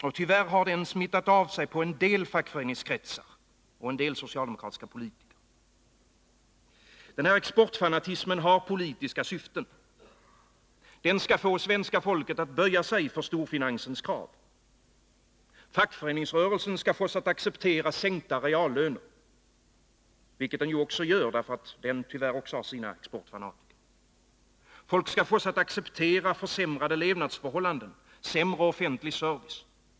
Och tyvärr har den smittat av sig på en del fackföreningskretsar och en del socialdemokratiska politiker. Den här exportfanatismen har politiska syften. Den skall få svenska folket att böja sig för storfinansens krav. Fackföreningsrörelsen skall fås att acceptera sänkta reallöner, vilket den också gör, därför att den tyvärr också har sina exportfanatiker. Folk skall fås att acceptera försämrade levnadsförhållanden, sämre offentlig service.